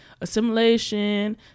assimilation